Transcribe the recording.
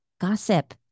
gossip